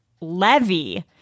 Levy